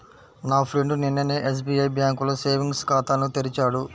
నా ఫ్రెండు నిన్ననే ఎస్బిఐ బ్యేంకులో సేవింగ్స్ ఖాతాను తెరిచాడు